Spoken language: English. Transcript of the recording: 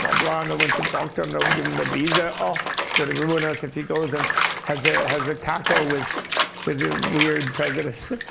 blah, blah. no and one should talk to him. no one give him a visa. oh, it's going to ruin us if he goes and has has a cackle with with a weird president.